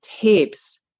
tapes